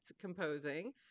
composing